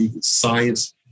science